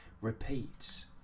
repeats